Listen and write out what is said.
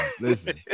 listen